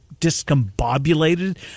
discombobulated